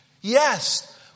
Yes